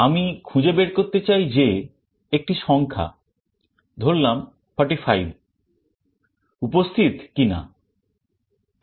আমি একটি সংখ্যা ধরলাম 45 উপস্থিত কি না খুঁজে বের করতে চাই